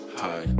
hi